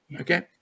Okay